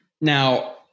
Now